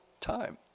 time